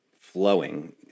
flowing